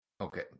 Okay